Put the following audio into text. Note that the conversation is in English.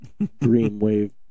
Dreamwave